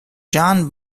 john